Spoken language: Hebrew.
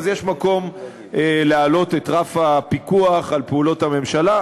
ואז יש מקום להעלות את רף הפיקוח על פעולות הממשלה.